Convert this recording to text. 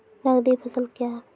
नगदी फसल क्या हैं?